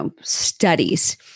studies